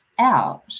out